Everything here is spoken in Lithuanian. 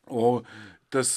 o tas